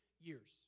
years